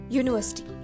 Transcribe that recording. university